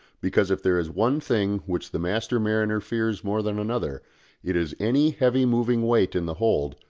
because if there is one thing which the master mariner fears more than another it is any heavy moving weight in the hold,